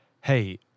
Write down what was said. hey